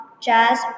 jazz